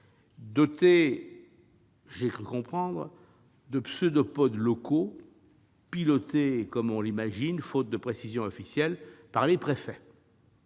dotée- ai-je cru comprendre -de pseudopodes locaux, pilotés, comme on l'imagine faute de précisions officielles, par les préfets.